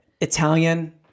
Italian